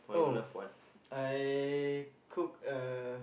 oh I cook uh